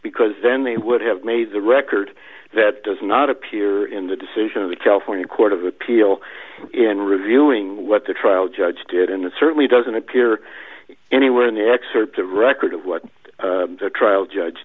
because then they would have made the record that does not appear in the decision of itself or the court of appeal in reviewing what the trial judge did and it certainly doesn't appear anywhere in the excerpt the record of what the trial judge